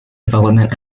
development